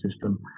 system